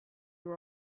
were